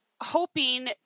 hoping